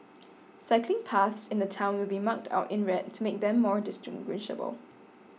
cycling paths in the town will be marked out in red to make them more distinguishable